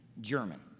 German